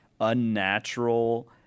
unnatural